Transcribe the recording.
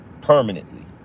permanently